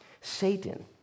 Satan